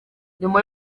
nyuma